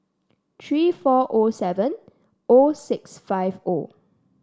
three four O seven O six five O